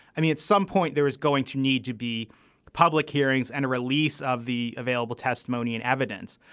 i mean at some point there is going to need to be public hearings and a release of the available testimony and evidence.